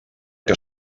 que